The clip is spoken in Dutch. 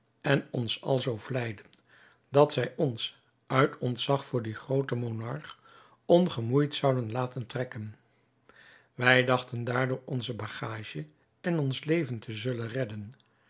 en ons alzoo vleiden dat zij ons uit ontzag voor dien grooten monarch ongemoeid zouden laten trekken wij dachten daardoor onze bagage en ons leven te zullen redden